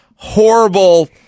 horrible